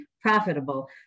profitable